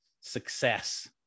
success